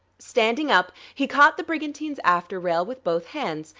standing up, he caught the brigantine's after-rail with both hands,